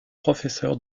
professeur